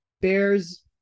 Bears